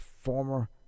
former